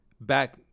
back